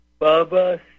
Bubba